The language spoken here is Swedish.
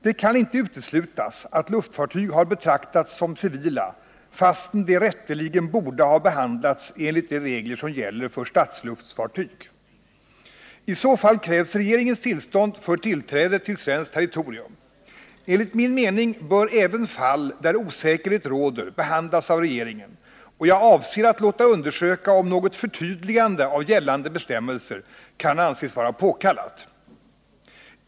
Det kan inte uteslutas att luftfartyg har betraktats som civila fastän de rätteligen borde ha behandlats enligt de regler som gäller för statsluftfartyg. I så fall krävs regeringens tillstånd för tillträde till svenskt territorium. Enligt min mening bör även fall där osäkerhet råder behandlas av regeringen, och jag avser att låta undersöka om något förtydligande av gällande bestämmelser kan anses vara påkallat.